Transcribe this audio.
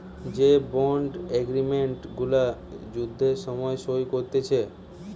যে bond agreement গুলা যুদ্ধের সময় সই করতিছে